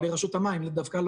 ברשות המים דווקא,